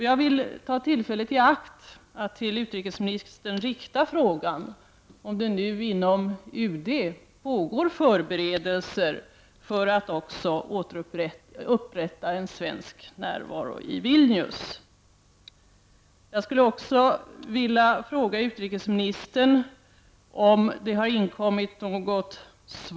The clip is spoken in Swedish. Jag vill ta tillfället i akt att till utrikesministern rikta frågan om det nu inom UD pågår förberedelser för att också upprätta en svensk närvaro i Vilnius. Herr talman!